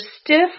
stiff